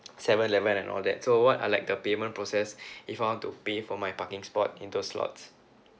seven eleven and all that so what are like the payment process if I want to pay for my parking spot in those slots